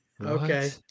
Okay